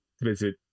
visit